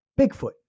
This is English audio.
Bigfoot